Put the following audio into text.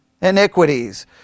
Iniquities